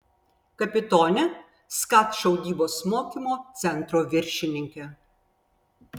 kapitonė skat šaudybos mokymo centro viršininkė